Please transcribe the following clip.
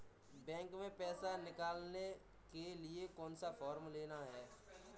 Bank में पैसा निकालने के लिए कौन सा फॉर्म लेना है?